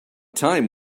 time